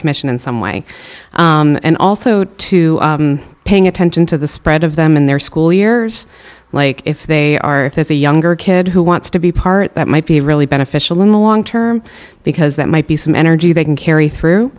commission in some way and also to paying attention to the spread of them in their school years like if they are there's a younger kid who wants to be part that might be really beneficial in the long term because that might be some energy they can carry through